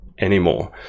anymore